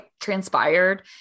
transpired